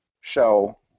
show